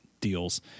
deals